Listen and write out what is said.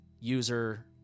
user